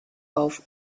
auf